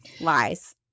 Lies